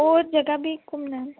होर जगह बी घूमने न